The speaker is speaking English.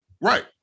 Right